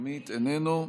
איננו,